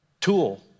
tool